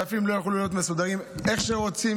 מדפים לא יוכלו להיות מסודרים איך שרוצים,